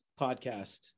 podcast